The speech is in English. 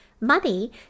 money